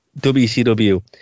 WCW